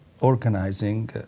organizing